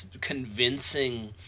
convincing